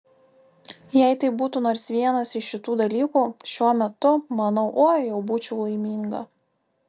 jei tai būtų nors vienas iš šitų dalykų šiuo metu manau oi jau būčiau laiminga